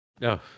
No